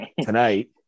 tonight